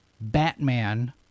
Batman